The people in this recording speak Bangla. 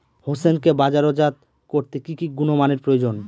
হোসেনকে বাজারজাত করতে কি কি গুণমানের প্রয়োজন?